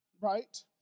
right